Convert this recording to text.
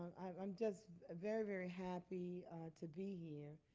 i'm just a very, very happy to be here.